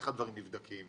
איך הדברים נבדקים,